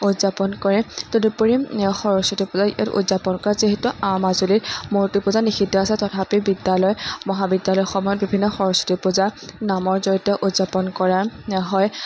উদযাপন কৰে তদুপৰি সৰস্বতী পূজা ইয়াত উদযাপন কৰা যিহেতু মাজুলীত মূৰ্তি পূজা নিষিদ্ধ আছে তথাপি বিদ্যালয় মহাবিদ্যালয়সমূহত বিভিন্ন সৰস্বতী পূজা নামৰ জৰিয়তে উদযাপন কৰা হয়